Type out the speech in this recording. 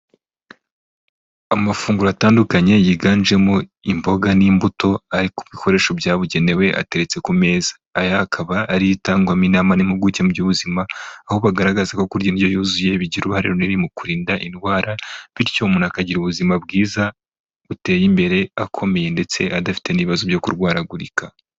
Amafunguro atandukanye yiganjemo imboga n'imbuto ariko ku bikoresho byabugenewe ateretse ku meza. Aya akaba ari yo atangwamo inama n'impuguke mu by'ubuzima, aho bagaragaza ko kurya indyo yuzuye bigira uruhare runini mu kurinda indwara bityo umuntu akagira ubuzima bwiza, buteye imbere akomeye ndetse adafite n'ibibazo byo kurwaragurika.